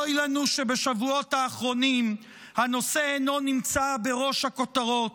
אוי לנו שבשבועות האחרונים הנושא אינו נמצא בראש הכותרות,